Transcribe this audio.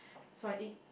so I eat